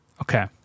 Okay